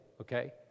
okay